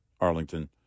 Arlington –